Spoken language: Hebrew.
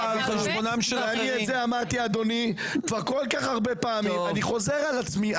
את זה כל כך הרבה פעמים ואני חוזר על עצמי.